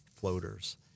floaters